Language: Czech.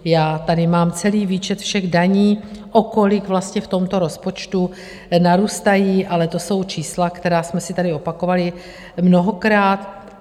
Já tady mám celý výčet všech daní, o kolik vlastně v tomto rozpočtu narůstají, ale to jsou čísla, která jsme si tady opakovali mnohokrát.